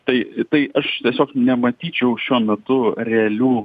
tai tai aš tiesiog nematyčiau šiuo metu realių